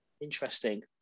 Interesting